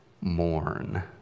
mourn